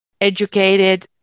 educated